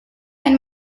and